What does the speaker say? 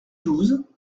douze